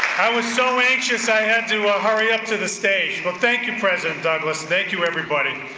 i was so anxious, i had to ah hurry up to the stage, but thank you president douglas. thank you everybody